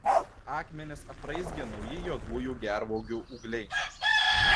akmenis apraizgė nauji juodųjų gervuogių ūgliai